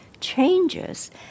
changes